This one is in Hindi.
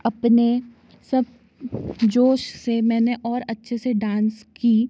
अपने सब जोश से मैंने और अच्छे से डांस की